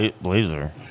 Blazer